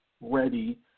ready